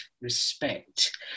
respect